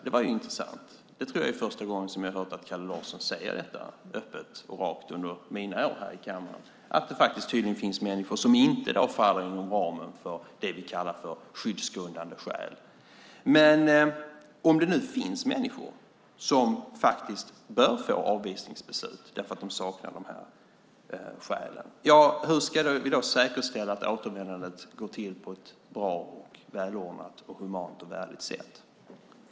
Det var intressant. Jag tror att det är första gången som jag under mina år här i kammaren hör att Kalle Larsson säger det öppet och rakt. Det finns tydligen människor som inte i dag faller inom ramen för skyddsgrundande skäl. Om det nu finns människor som bör få avvisningsbeslut därför att de saknar dessa skäl, hur ska vi då säkerställa att återvändandet går till på ett bra, välordnat, humant och värdigt sätt?